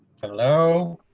hello,